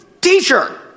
teacher